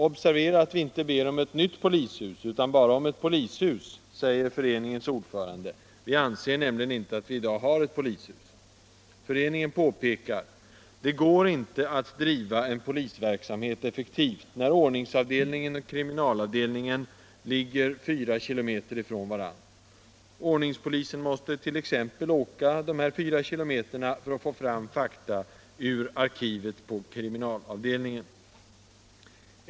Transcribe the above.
Observera att vi inte ber om ett nytt polishus utan bara om ett polishus, säger föreningens ordförande. Vi anser nämligen inte att vi i dag har ett polishus. Föreningen påpekar: Det går inte att driva en polisverksamhet effektivt, när ordningsavdelningen och kriminalavdelningen ligger fyra kilometer från varandra. Ordningspolisen måste t.ex. åka dessa fyra kilometer för att få fram fakta ur arkivet på kriminalavdelningen.